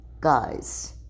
guys